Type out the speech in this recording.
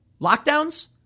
lockdowns